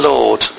Lord